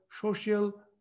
social